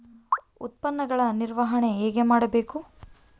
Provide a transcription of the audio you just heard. ಉತ್ಪನ್ನಗಳ ನಿರ್ವಹಣೆ ಹೇಗೆ ಮಾಡಬೇಕು?